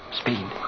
Speed